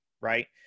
right